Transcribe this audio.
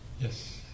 Yes